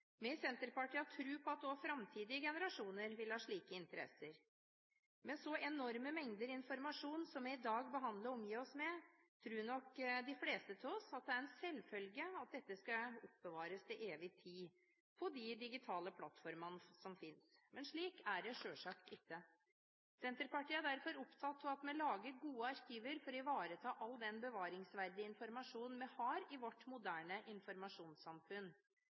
Vi i Senterpartiet har tro på at også framtidige generasjoner vil ha slike interesser. Med så enorme mengder informasjon som vi i dag behandler og omgir oss med, tror nok de fleste av oss at det er en selvfølge at dette skal oppbevares til evig tid – på de digitale plattformene som finnes – men slik er det selvfølgelig ikke. Senterpartiet er derfor opptatt av at vi lager gode arkiver for å ivareta all den bevaringsverdige informasjonen vi har i vårt moderne informasjonssamfunn.